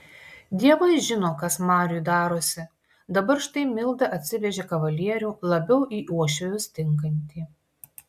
dievai žino kas mariui darosi dabar štai milda atsivežė kavalierių labiau į uošvius tinkantį